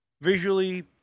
Visually